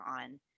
on